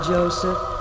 Joseph